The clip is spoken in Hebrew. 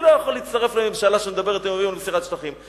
אני לא יכול להצטרף לממשלה שמדברת עם אויבים על מסירת שטחים.